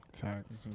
Facts